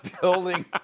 Building